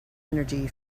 energy